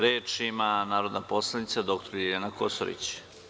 Reč ima narodni poslanik dr Ljiljana Kosorić.